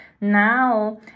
now